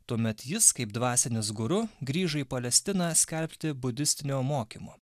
tuomet jis kaip dvasinis guru grįžo į palestiną skelbti budistinio mokymo